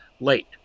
late